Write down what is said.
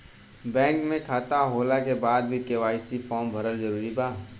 Bank में खाता होला के बाद भी के.वाइ.सी फार्म भरल जरूरी बा का?